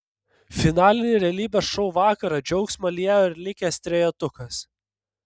finalinį realybės šou vakarą džiaugsmą liejo ir likęs trejetukas